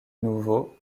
nouveau